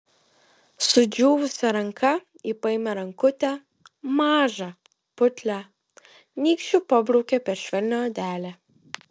sudžiūvusia ranka ji paėmė rankutę mažą putlią nykščiu pabraukė per švelnią odelę